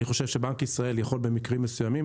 אני חושב שבנק ישראל יכול במקרים מסוימים